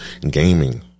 Gaming